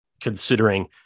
Considering